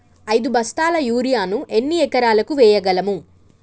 ఐదు బస్తాల యూరియా ను ఎన్ని ఎకరాలకు వేయగలము?